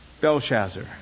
Belshazzar